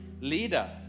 leader